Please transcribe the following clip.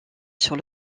sur